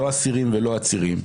לא אסירים ולא עצירים,